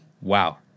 wow